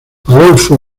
adolfo